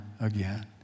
again